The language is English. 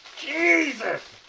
Jesus